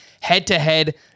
head-to-head